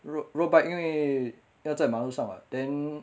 road bike 因为要在马路上 [what] then